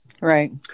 right